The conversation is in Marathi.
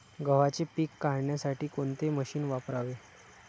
गव्हाचे पीक काढण्यासाठी कोणते मशीन वापरावे?